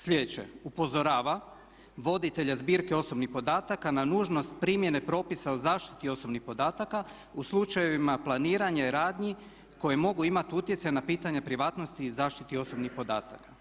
Slijedeće upozorava voditelja zbirke osobnih podataka na nužnost primjene propisa o zaštiti osobnih podataka u slučajevima planiranja i radnji koje mogu imati utjecaja na pitanja privatnosti i zaštiti osobnih podataka.